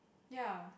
ya